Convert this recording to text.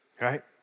right